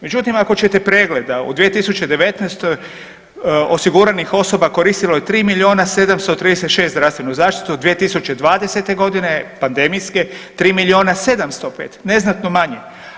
Međutim ako ćete pregleda u 2019. osiguranih osoba koristilo je 3 miliona 736 zdravstvenu zaštitu, 2020. godine pademijske 3 miliona 705, neznatno manje.